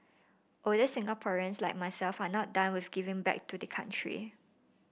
older Singaporeans like myself are not done with giving back to the country